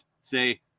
Say